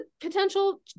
potential